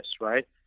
right